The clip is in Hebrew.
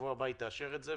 ובשבוע היא תאשר את זה.